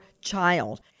child